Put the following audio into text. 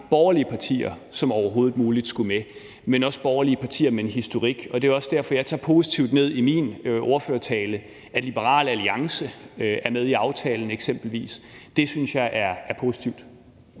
borgerlige partier som overhovedet muligt skulle med, også borgerlige partier med en historik. Det er også derfor, at jeg nævnte det som positivt i min ordførertale, at eksempelvis Liberal Alliance er med i aftalen. Det synes jeg er positivt.